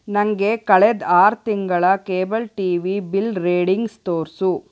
ನನಗೆ ಕಳೆದ ಆರು ತಿಂಗಳ cable T V bill readings ತೋರಿಸು